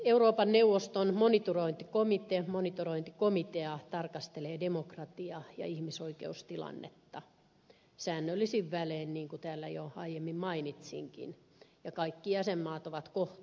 euroopan neuvoston monitorointikomitea tarkastelee demokratia ja ihmisoikeustilannetta säännöllisin välein niin kuin täällä jo aiemmin mainitsinkin ja kaikki jäsenmaat ovat kohteena